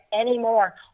anymore